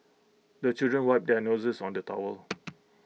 the children wipe their noses on the towel